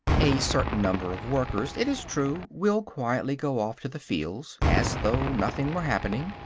a certain number of workers, it is true, will quietly go off to the fields, as though nothing were happening,